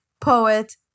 poet